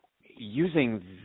using